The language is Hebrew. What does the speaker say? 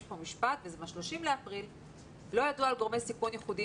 יש פה משפט: "לא ידוע על גורמי סיכון ייחודים